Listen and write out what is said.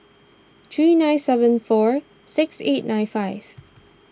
three nine seven four six eight nine five